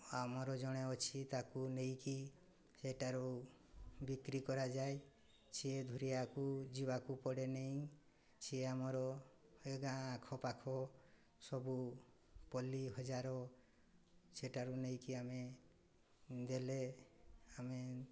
ଆମର ଜଣେ ଅଛି ତାକୁ ନେଇକି ସେଠାରୁ ବିକ୍ରି କରାଯାଏ ସିଏ ଦୂରିଆକୁ ଯିବାକୁ ପଡ଼େନି ସେ ଆମର ଏ ଗାଁ ଆଖପାଖ ସବୁ ପଲ୍ଲୀ ବଜାର ସେଠାରୁ ନେଇକି ଆମେ ଦେଲେ ଆମେ